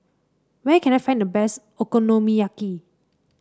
where can I find the best Okonomiyaki